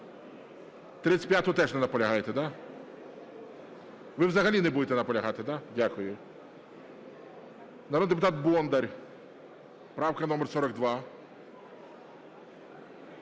35-у теж ви не наполягаєте, да? Ви взагалі не будете наполягати, да? Дякую. Народний депутат Бондар, правка номер 42.